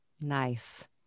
Nice